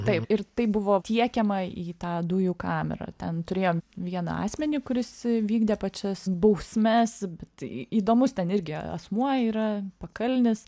taip ir tai buvo tiekiama į tą dujų kamerą ten turėjom vieną asmenį kuris vykdė pačias bausmes bet į įdomus ten irgi asmuo yra pakalnis